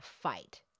fight